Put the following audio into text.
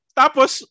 tapos